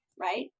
right